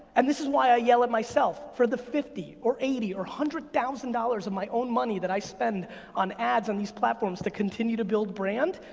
and this is why i yell at myself for the fifty or eighty or one hundred thousand dollars of my own money that i spend on ads on these platforms that continue to build brand.